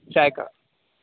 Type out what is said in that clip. चाय का